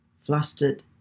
flustered